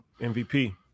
MVP